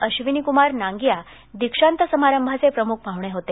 अबिनीक्मार नांगिया दीक्षांत समारंभाचे प्रमुख पाहणे होते